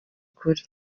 ukuri